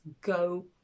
go